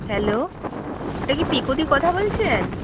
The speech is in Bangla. হ্যালো এটা কি পিকুদি কথা বলছেন